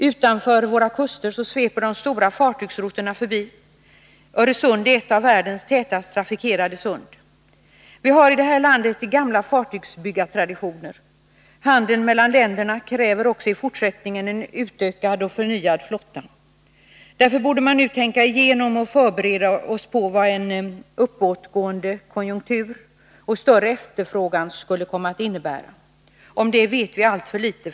Utanför våra kuster återfinns de stora fartygsrouterna. Öresund är ett av världens tätast trafikerade sund. Vi har i det här landet gamla fartygsbyggartraditioner. Handeln mellan länderna kräver också i fortsättningen en utökad och förnyad flotta. Därför borde vi nu tänka igenom och förbereda oss på vad en uppåtgående konjunktur och större efterfrågan skulle komma att innebära. Om det vet vi f. n. alltför litet.